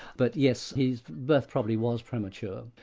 but yes, his birth probably was premature,